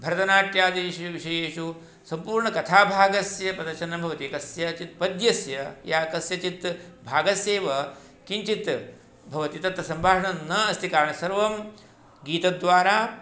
भरतनाट्यादिषु विषयेषु सम्पूर्णकथाभागस्य प्रदर्शनं भवति कस्यचित् पद्यस्य या कस्यचित् भागस्यैव किञ्चित् भवति तत्र सम्भाषणं न अस्ति कारणं सर्वं गीतद्वारा